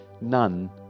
none